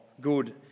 good